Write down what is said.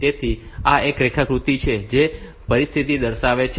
તેથી આ રેખાકૃતિ છે જે એ પરિસ્થિતિ દર્શાવે છે